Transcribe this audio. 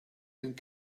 and